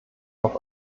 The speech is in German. auf